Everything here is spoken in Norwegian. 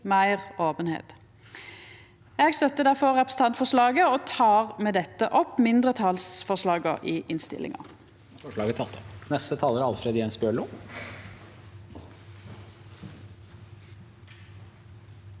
Eg støttar difor representantforslaget og tek med dette opp mindretalsforslaga i innstillinga.